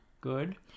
Good